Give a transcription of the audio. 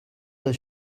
does